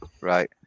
right